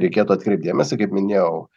reikėtų atkreipt dėmesį kaip minėjau